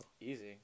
Easy